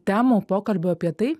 temų pokalbiui apie tai